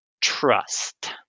trust